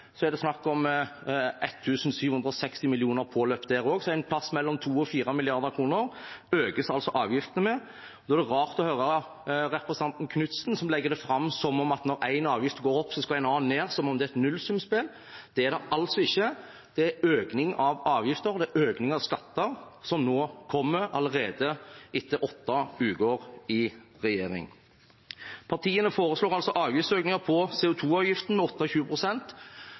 er det snakk om at 1 760 mill. kr er påløpt der også, så avgiftene økes altså med 2–4 mrd. kr. Da er det rart å høre representanten Knutsen, som legger det fram som at når én avgift går opp, skal en annen ned – som om det er et nullsumspill. Det er det altså ikke. Det er en økning av avgifter, og det er en økning av skatter, som kommer allerede etter åtte uker i regjering. Partiene foreslår altså avgiftsøkninger på CO 2 -avgiften med